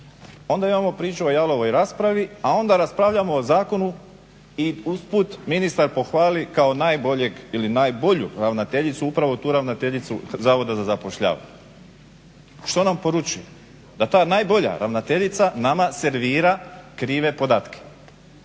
Ona imamo priču o jalovoj raspravi, a onda raspravljamo o zakonu i usput ministar pohvali kao najboljeg ili najbolju ravnateljicu upravo tu ravnateljicu zavoda za zapošljavanje. Što nam poručuje? Da ta najbolja ravnateljica nama servira krive podatke,